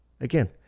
again